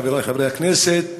חבריי חברי הכנסת,